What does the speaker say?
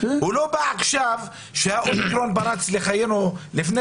הוא לא בא עכשיו שהאומיקרון פרץ לחיינו לפני